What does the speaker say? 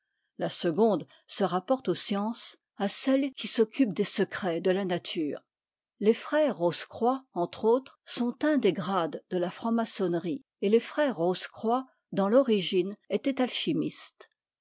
la seconde se rapporte aux sciences à celles qui s'occupent des secrets de la nature les frères rosecroix entre autres sont un des grades de la franc-maçonnerie et les frères rose-croix dans l'origine étaient atchimistes